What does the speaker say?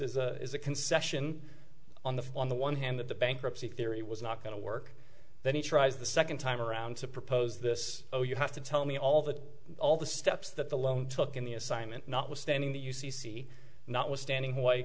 pleadings is a concession on the on the one hand that the bankruptcy theory was not going to work then he tries the second time around to propose this oh you have to tell me all the all the steps that the loan took in the assignment notwithstanding the u c c notwithstanding wh